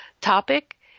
topic